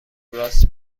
راست